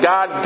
God